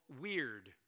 Weird